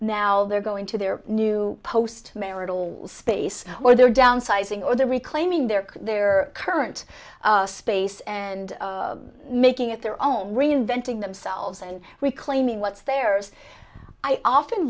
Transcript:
now they're going to their new post marital stace or they're downsizing or they're reclaiming their their current space and making it their own reinventing themselves and reclaiming what's theirs i often